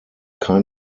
kein